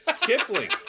Kipling